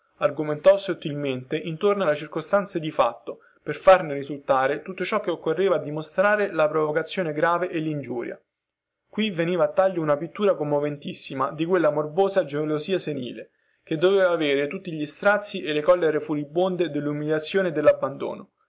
argomentò sottilmente intorno alle circostanze di fatto per farne risultare tutto ciò che occorreva a dimostrare la provocazione grave e lingiuria qui veniva a taglio una pittura commoventissima di quella morbosa gelosia senile che doveva avere tutti gli strazi e le collere furibonde dellumiliazione e dellabbandono